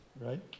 right